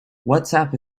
whatsapp